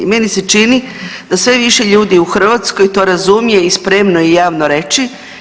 Meni se čini da sve više ljudi u Hrvatskoj to razumije i spremno je i javno reći.